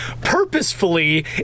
Purposefully